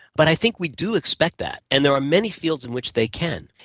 but i think we do expect that, and there are many fields in which they can.